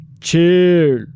Chill